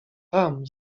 tam